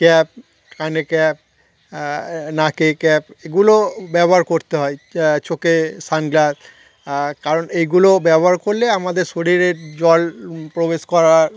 cap কানে cap নাকে cap এগুলো ব্যবহার করতে হয় চোখে সানগ্লাস কারণ এইগুলো ব্যবহার করলে আমাদের শরীরের জল প্রবেশ করার